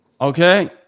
okay